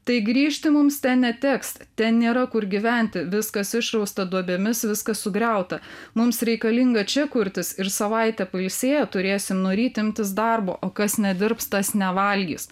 tai grįžti mums neteks ten nėra kur gyventi viskas išrausta duobėmis viskas sugriauta mums reikalinga čia kurtis ir savaitę pailsėję turėsim nuo ryt imtis darbo o kas nedirbs tas nevalgys